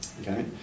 Okay